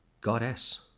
goddess